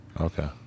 Okay